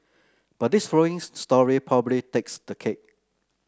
but this following story probably takes the cake